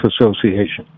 Association